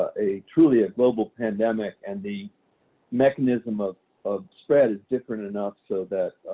ah a truly a global pandemic. and the mechanism of of spread is different enough so that